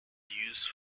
used